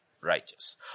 righteous